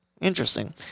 Interesting